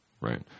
right